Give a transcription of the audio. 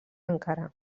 encara